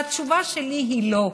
והתשובה שלי היא: לא.